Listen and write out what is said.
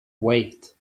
wait